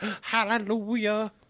Hallelujah